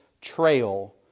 trail